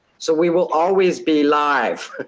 so we will always be live.